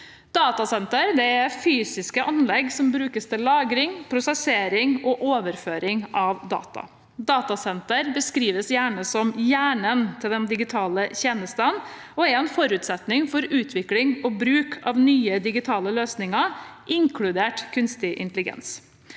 Datasentre er fysiske anlegg som brukes til lagring, prosessering og overføring av data. Datasentre beskrives gjerne som hjernen til de digitale tjenestene og er en forutsetning for utvikling og bruk av nye digitale løsninger, inkludert kunstig intelligens.